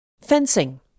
Fencing